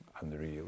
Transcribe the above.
unreal